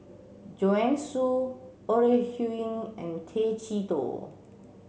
Joanne Soo Ore Huiying and Tay Chee Toh